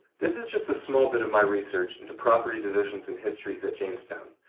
this is just a small bit of my research into property divisions and histories at jamestown.